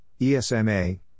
ESMA